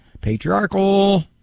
patriarchal